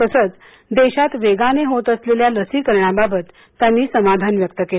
तसेच देशात वेगाने होत असलेल्या लसीकरणाबाबत त्यांनी समाधान व्यक्त केले